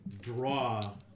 draw